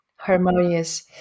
harmonious